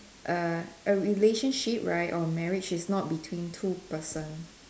err a relationship right or marriage is not between two person